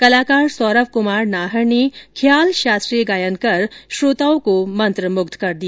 कलाकार सौरव कुमार नाहर ने ख्याल शास्त्रीय गायन कर श्रोताओं को मंत्रमुग्ध कर दिया